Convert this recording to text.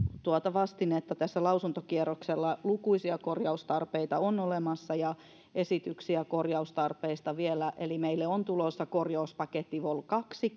vastinetta lausuntokierroksella ja lukuisia korjaustarpeita on olemassa ja esityksiä korjaustarpeista vielä eli meille on tulossa korjauspaketti vol kaksi